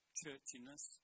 churchiness